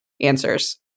answers